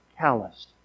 calloused